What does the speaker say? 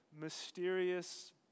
mysterious